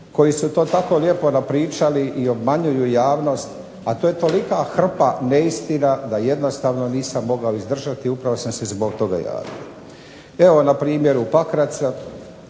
koji su tako lijepo napričali i obmanjuju javnost, a to je tolika hrpa neistina da jednostavno nisam mogao izdržati i upravo sam se zbog toga javio. Evo npr. Pakrac